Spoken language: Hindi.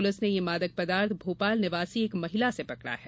पुलिस ने यह मादक पदार्थ भोपाल निवासी एक महिला से पकड़ा है